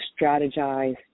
strategize